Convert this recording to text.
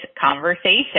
conversation